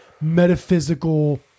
metaphysical